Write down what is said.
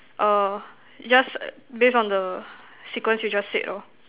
orh just based on the sequence you just said lor